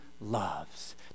loves